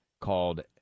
called